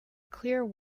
clear